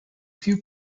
few